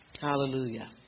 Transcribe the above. Hallelujah